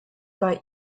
bei